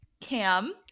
Cam